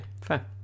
fair